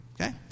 Okay